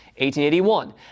1881